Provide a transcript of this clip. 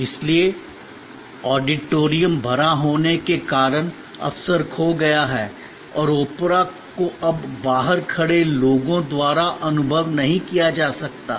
इसलिए ऑडिटोरियम भरा होने के कारण अवसर खो गया है और ओपेरा को अब बाहर खड़े लोगों द्वारा अनुभव नहीं किया जा सकता है